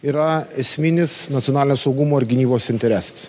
yra esminis nacionalinio saugumo ir gynybos interesas